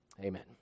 Amen